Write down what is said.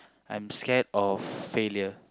I'm scared of failure